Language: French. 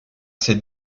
ces